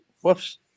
whoops